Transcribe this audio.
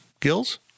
Gills